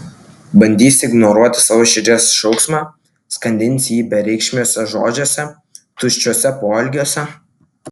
bandysi ignoruoti savo širdies šauksmą skandinsi jį bereikšmiuose žodžiuose tuščiuose poelgiuose